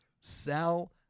sell